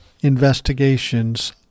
investigations